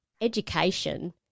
education